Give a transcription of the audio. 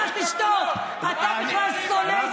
אתה תשתוק, אתה בכלל שונא ישראל.